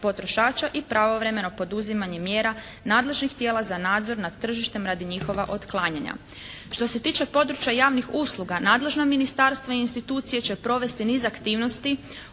potrošača i pravovremeno poduzimanje mjera nadležnih tijela za nadzor nad tržištem radi njihova otklanjanja. Što se tiče područja javnih usluga nadležna ministarstva i institucije će provesti niz aktivnosti